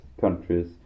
countries